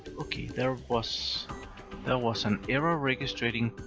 okay. there was there was an error registering.